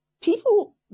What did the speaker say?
people